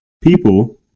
people